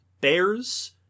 bears